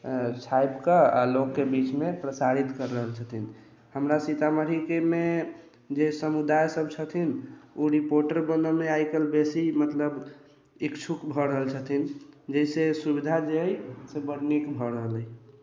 छापिके आ लोकके बीचमे प्रसारित कर रहल छथिन हमरा सीतामढ़ीके मे जे समुदायसभ छथिन ओ रिपोर्टर बनयमे आइकाल्हि बेसी मतलब इच्छुक भऽ रहल छथिन जाहिसँ सुविधा जे अइ से बड नीक भऽ रहल अइ